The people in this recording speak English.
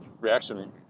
reaction